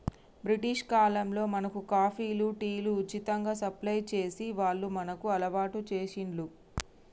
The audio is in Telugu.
బ్రిటిష్ కాలంలో మనకు కాఫీలు, టీలు ఉచితంగా సప్లై చేసి వాళ్లు మనకు అలవాటు చేశిండ్లు